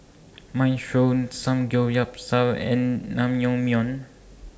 Minestrone Samgeyopsal and Naengmyeon